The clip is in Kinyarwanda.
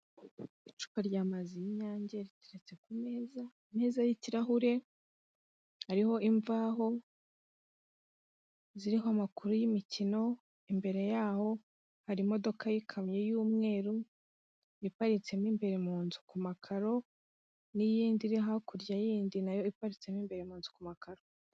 icupa rya mazi y'inyange riteretse ku meza, ameza y'kirahure hariho imvaho ziriho amakuru y'imikino, imbere yaho hari imodoka y'ikamyo y'umweru iparitsemo mu imbere mu nzu ku makaro, n'iyindi iri hakurya yindi na yo iparitsemu imbere mu nzu ku makaro.